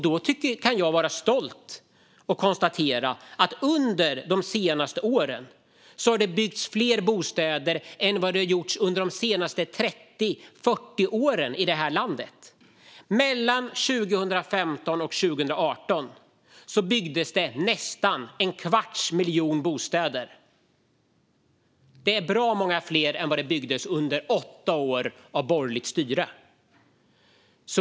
Då kan jag vara stolt och konstatera att under de senaste åren har det byggts fler bostäder än vad det har gjorts under de senaste 30-40 åren i det här landet. Mellan 2015 och 2018 byggdes det nästan en kvarts miljon bostäder. Det är bra många fler än vad det byggdes under åtta år av borgerligt styre.